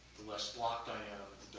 the less blocked i am,